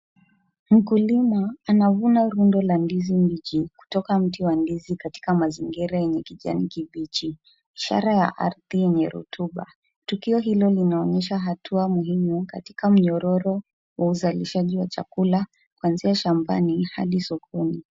Mkulima anavuna rundo la ndizi mbichi kutoka mti wa ndizi katika mazingira yenye kijani kibichi, ishara ya ardhi yenye rutuba. Tukio hilo linaonyesha hatua muhimu katika mnyororo wa uzalishaji wa chakula kuanzia shambani hadi sokoni.